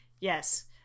Yes